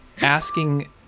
asking